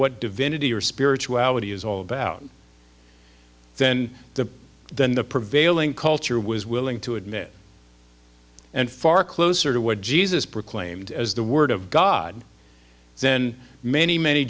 what divinity or spirituality is all about than the than the prevailing culture was willing to admit and far closer to what jesus proclaimed as the word of god then many many